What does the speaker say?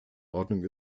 ordnung